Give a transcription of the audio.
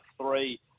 three